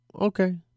Okay